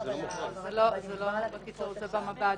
זה במב"דים.